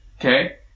Okay